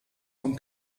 vom